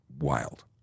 wild